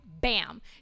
bam